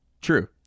True